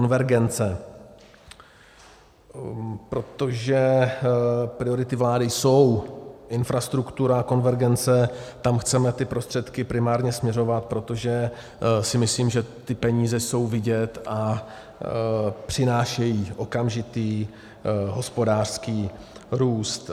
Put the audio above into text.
Protože priority vlády jsou infrastruktura, konvergence, tam chceme ty prostředky primárně směřovat, protože si myslím, že ty peníze jsou vidět a přinášejí okamžitý hospodářský růst.